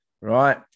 right